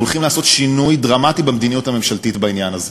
אנחנו הולכים לעשות שינוי דרמטי במדיניות הממשלתית בעניין הזה.